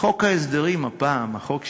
חוק ההסדרים הפעם, החוק שיוגש,